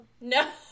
No